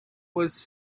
was